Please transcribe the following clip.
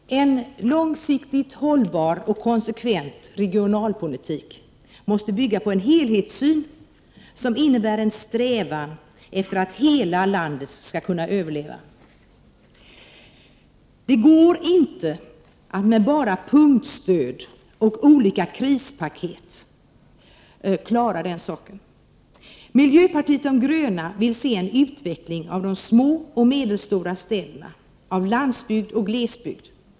Fru talman! En långsiktigt hållbar och konsekvent regionalpolitik måste bygga på en helhetssyn, som innebär en strävan efter att hela landet skall kunna överleva. Det går inte att klara den saken med bara punktstöd och olika krispaket. Miljöpartiet de gröna vill se en utveckling av små och medelstora städer, av landsbygd och glesbygd.